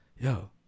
yo